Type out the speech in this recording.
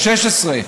2016?